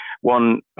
one